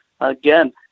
again